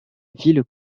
ville